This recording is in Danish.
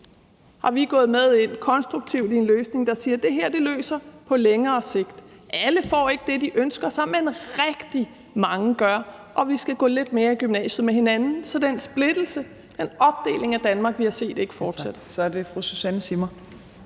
er vi gået konstruktivt med ind i en løsning, der skal løse problemet på længere sigt. Alle får ikke det, de ønsker sig, men rigtig mange gør; og vi skal gå lidt mere i gymnasiet med hinanden, så den splittelse, den opdeling af Danmark, vi har set, ikke fortsætter.